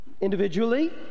individually